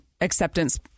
acceptance